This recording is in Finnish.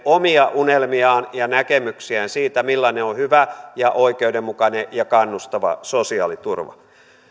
omia unelmiaan ja näkemyksiään siitä millainen on hyvä oikeudenmukainen ja kannustava sosiaaliturva